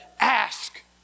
ask